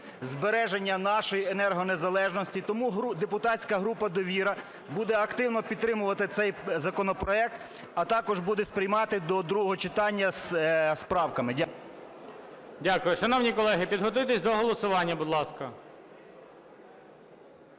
збереження нашої енергонезалежності. Тому депутатська група "Довіра" буде активно підтримувати цей законопроект, а також буде приймати до другого читання з правками. Дякую. ГОЛОВУЮЧИЙ. Дякую. Шановні колеги, підготуйтесь до голосування, будь ласка.